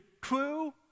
true